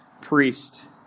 priest